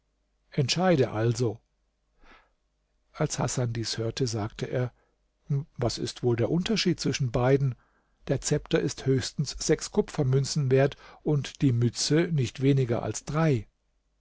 entscheide also als hasan dies hörte sagte er was ist wohl der unterschied zwischen beiden der zepter ist höchstens sechs kupfermünzen wert und die mütze nicht weniger als drei